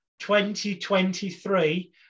2023